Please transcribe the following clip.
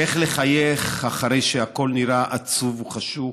איר לחייך אחרי שהכול נראה עצוב וחשוך,